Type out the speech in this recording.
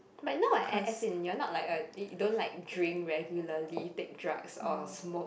like no as as in you're not like a you don't like drink regularly take drugs or smoke